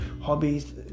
hobbies